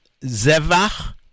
Zevach